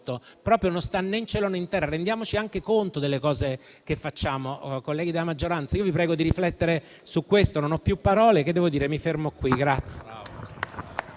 riprodotto? Non sta né in cielo, né in terra. Rendiamoci conto delle cose che facciamo.